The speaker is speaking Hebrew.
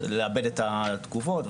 לעבד את התגובות,